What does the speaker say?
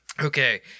Okay